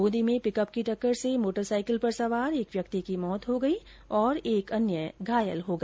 ब्रंदी में पिकअप की टक्कर से मोटरसाईकिल पर सवार एक व्यक्ति की मौत हो गई और एक अन्य घायल हो गया